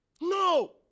No